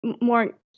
more